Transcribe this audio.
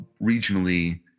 regionally